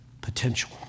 potential